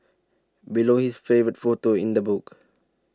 below is her favourite photo in the book